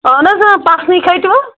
اَہن حظ اۭں پَتھنٕے کھٔتوٕ